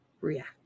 react